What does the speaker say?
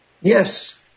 Yes